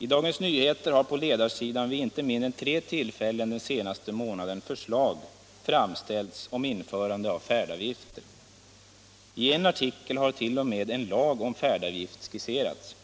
I Dagens Nyheter har på ledarsidan vid inte mindre än tre tillfällen den senaste månaden förslag framställts om införande av färdavgifter. I en artikel har t.o.m. en lag om färdavgift skisserats.